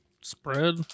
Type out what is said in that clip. Spread